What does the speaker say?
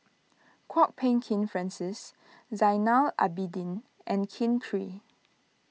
Kwok Peng Kin Francis Zainal Abidin and Kin Chui